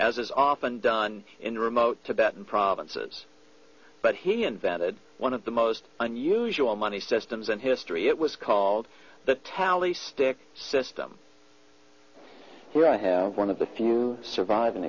as is often done in remote tibet and provinces but he invented one of the most unusual money systems in history it was called the tally stick system where i have one of the few surviving